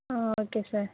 ah okay sir